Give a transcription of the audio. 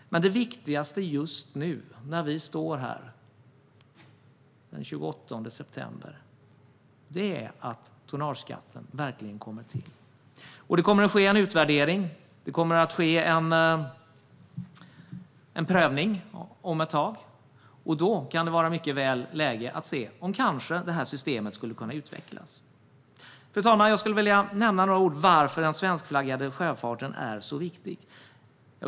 Men det viktigaste just nu när vi står här den 28 september är att tonnageskatten verkligen kommer till. Det kommer att ske en utvärdering. Det kommer att ske en prövning om ett tag, och då kan det mycket väl vara läge att se om det här systemet kanske skulle kunna utvecklas. Fru talman! Jag skulle vilja säga några ord om varför det är så viktigt med den svenskflaggade sjöfarten.